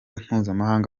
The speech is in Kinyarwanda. mpuzamahanga